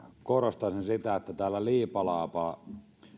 korostaisin sitä että näillä liipalaapa